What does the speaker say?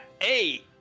eight